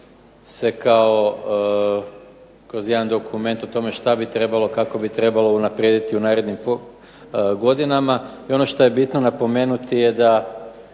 se kao kroz jedan dokument o tome šta bi trebalo, kako bi trebalo unaprijediti u narednim godinama. I ono što je bitno napomenuti da